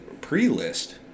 pre-list